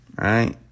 right